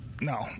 No